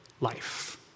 life